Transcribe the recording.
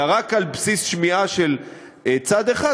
אלא רק על בסיס שמיעה של צד אחד,